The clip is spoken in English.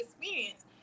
experience